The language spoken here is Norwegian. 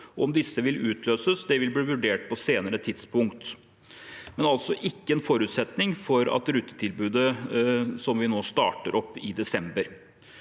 Om disse vil utløses, vil bli vurdert på et senere tidspunkt. Det er altså ikke en forutsetning for rutetilbudet som vi starter opp nå i desember.